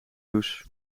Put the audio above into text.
douche